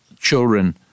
children